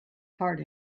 heart